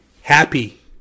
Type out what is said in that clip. happy